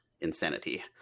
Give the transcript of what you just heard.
insanity